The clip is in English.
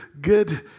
good